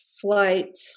flight